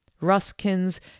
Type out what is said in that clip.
Ruskin's